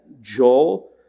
Joel